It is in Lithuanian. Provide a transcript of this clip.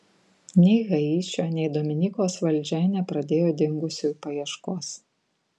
nei haičio nei dominikos valdžia nepradėjo dingusiųjų paieškos